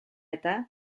eta